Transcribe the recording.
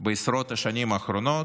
בעשרות השנים האחרונות,